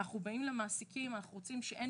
אנחנו לא רוצים שיתנו